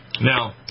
Now